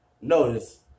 notice